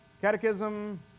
catechism